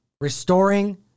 restoring